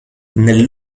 nel